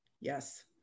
yes